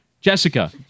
Jessica